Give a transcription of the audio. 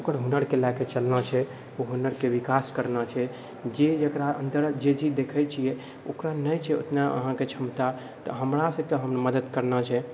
ओकर हुनरके लए कऽ चलना छै ओकर हुनरके विकास करना छै जे जेकरा अन्दर जे चीज देखै छियै ओकरा नहि छै उतना अहाँके क्षमता हमरा सबके मदद करना छै